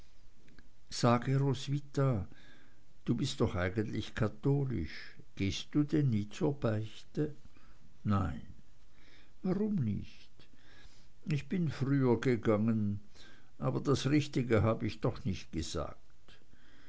sage roswitha du bist doch eigentlich katholisch gehst du denn nie zur beichte nein warum nicht ich bin früher gegangen aber das richtige hab ich doch nicht gesagt